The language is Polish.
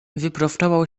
wyprostował